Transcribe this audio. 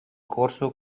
corso